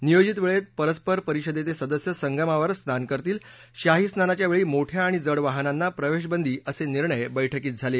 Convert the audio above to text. नियोजित वेळेत परस्पर परिषदेचे सदस्य संगमावर स्नान करतील शाही स्नानाच्या वेळी मोठ्या आणि जड वाहनांना प्रवेशबंदी असे निर्णय बैठकीत झाले